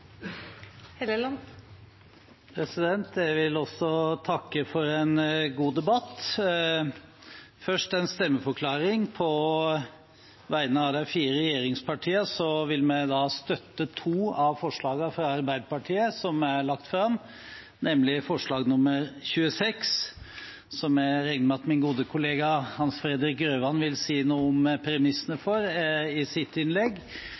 jeg vil takke for en god debatt. Først en stemmeforklaring på vegne av de fire regjeringspartiene: Vi vil støtte to av forslagene fra Arbeiderpartiet som er lagt fram, nemlig forslag nr. 26, som jeg regner med at min gode kollega Hans Fredrik Grøvan vil si noe om premissene for i sitt innlegg,